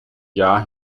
jahr